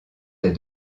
des